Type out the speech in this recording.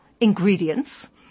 ingredients